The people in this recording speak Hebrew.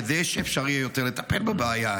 כדי שאפשר יהיה לטפל יותר בבעיה.